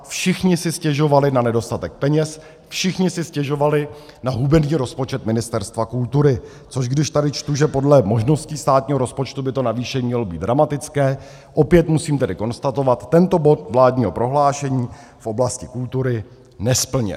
Všichni si stěžovali na nedostatek peněz, všichni si stěžovali na hubený rozpočet Ministerstva kultury, což když tady čtu, že podle možností státního rozpočtu by to navýšení mělo být dramatické, opět musím tedy konstatovat: tento bod vládního prohlášení v oblasti kultury nesplněn.